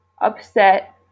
upset